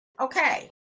okay